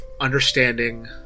understanding